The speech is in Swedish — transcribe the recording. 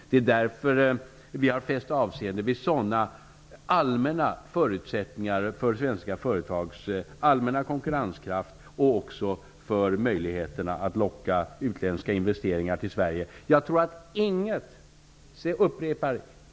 Det är därför vi har fäst avseende vid sådana allmänna förutsättningar för svenska företags allmänna konkurrenskraft och också för möjligheterna att locka utländska investeringar till Sverige.